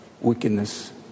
wickedness